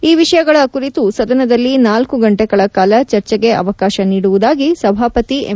ಈ ವಿಷಯಗಳ ಕುರಿತು ಸದನದಲ್ಲಿ ನಾಲ್ಲು ಗಂಟೆಗಳ ಕಾಲ ಚರ್ಚೆಗೆ ಅವಕಾಶ ನೀಡುವುದಾಗಿ ಸಭಾಪತಿ ಎಂ